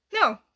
No